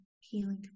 healing